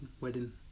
wedding